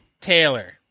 Taylor